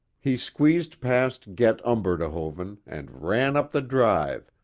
he squeezed past get umberdehoven and ran up the drive,